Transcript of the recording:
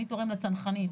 אני תורם לצנחנים,